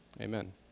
amen